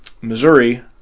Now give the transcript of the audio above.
Missouri